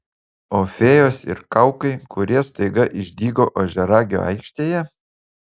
o fėjos ir kaukai kurie staiga išdygo ožiaragio aikštėje